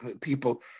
people